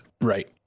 Right